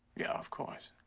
yeah, of course.